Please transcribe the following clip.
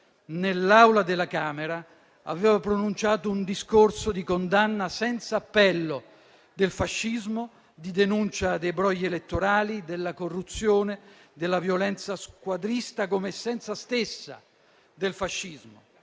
nell'Aula della Camera aveva pronunciato un discorso di condanna senza appello del fascismo, di denuncia dei brogli elettorali, della corruzione, della violenza squadrista come essenza stessa del fascismo.